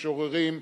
משוררים,